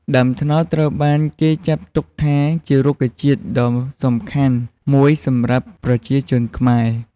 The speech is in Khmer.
ដើមត្នោតត្រូវបានគេចាត់ទុកថាជារុក្ខជាតិដ៏សំខាន់មួយសម្រាប់ប្រជាជនខ្មែរ។